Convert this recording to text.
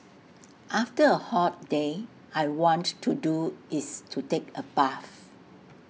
after A hot day I want to do is to take A bath